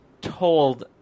told